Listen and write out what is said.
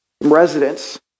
residents